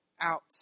out